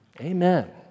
Amen